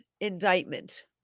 Indictment